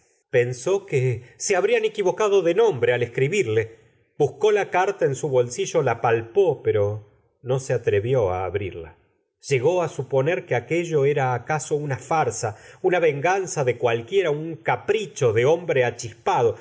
pensó que se habrían equivocado de nombre al escribirle buscó la carta en su bolsillo la palpó pero no se atrevió á abrirla llegó á suponer que aquello era acaso una farsa una venganza de cualquiera un capricho de hombre achispado